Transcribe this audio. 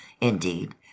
Indeed